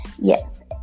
Yes